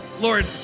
Lord